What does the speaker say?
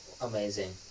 Amazing